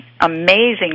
amazing